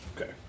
Okay